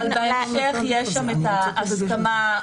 אבל בהמשך יש ההסכמה.